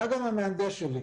היה גם המהנדס שלי.